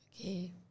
Okay